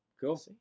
Cool